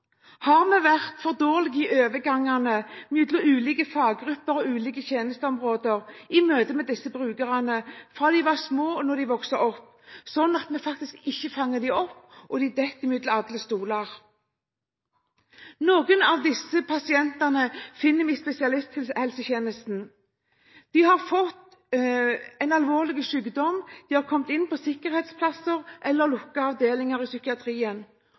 Har vi i møtet med disse brukerne – fra de var små og mens de vokste opp – vært for dårlige i overgangene mellom ulike faggrupper og ulike tjenesteområder, sånn at vi ikke har fanget dem opp, og de har falt mellom alle stoler? Noen av disse pasientene finner vi i spesialisthelsetjenesten. De har fått en alvorlig sykdom. De har kommet inn på sikkerhetsplasser eller lukkede avdelinger i psykiatrien,